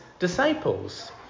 disciples